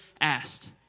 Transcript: asked